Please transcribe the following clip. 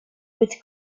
with